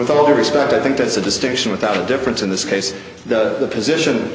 with all due respect i think that's a distinction without a difference in this case the position